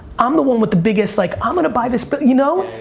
i'm the one with the biggest like, i'm gonna buy this but you know?